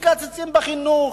מקצצים בחינוך,